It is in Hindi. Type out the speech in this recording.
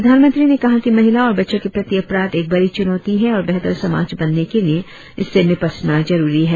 प्रधानमंत्री ने कहा कि महिलाओ और बच्चों के प्रति अपराध एक बड़ी चुनौती है और बेहतर समाज बनाने के लिए इससे निपटना जरुरी है